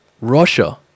russia